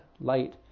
light